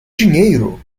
dinheiro